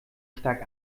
stark